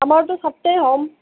আমাৰটো সাতটাই হ'ম